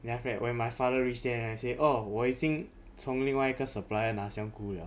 then after that when my father reach there then I say oh 我已经从另外一个 supplier 拿香菇 liao